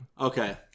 Okay